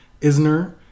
Isner